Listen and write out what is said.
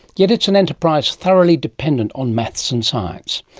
yet its an enterprise thoroughly dependent on maths and science.